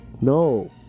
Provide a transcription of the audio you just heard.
No